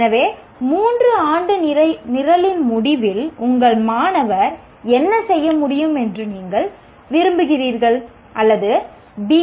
எனவே 3 ஆண்டு நிரலின் முடிவில் உங்கள் மாணவர் என்ன செய்ய முடியும் என்று நீங்கள் விரும்புகிறீர்கள் அல்லது பி